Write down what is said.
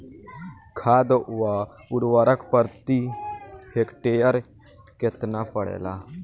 खाध व उर्वरक प्रति हेक्टेयर केतना पड़ेला?